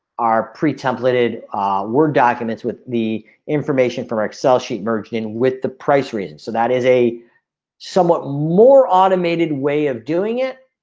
our pre templated ah word documents with the information from excel sheet virgin with the price reason so that is a somewhat more automated way of doing it,